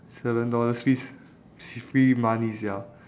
seven dollars means free money sia